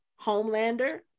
Homelander